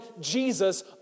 Jesus